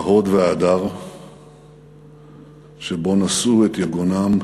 את ההוד וההדר שבו נשאו את יגונם